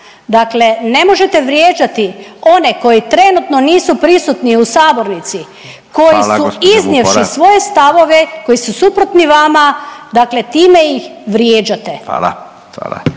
Dakle, ne možete vrijeđati one koji trenutno nisu prisutni u sabornici koji su iznijevši .../Upadica: Hvala gđo. Vupora./... svoje stavove koji su suprotni vama, dakle time ih vrijeđate.